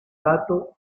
gato